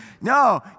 No